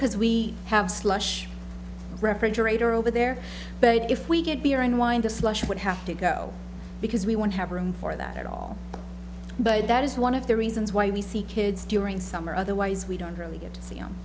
because we have slush reparatory over there but if we get beer and wine the slush would have to go because we want to have room for that at all but that is one of the reasons why we see kids during summer otherwise we don't really get to see